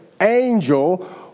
angel